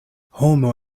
homo